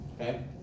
okay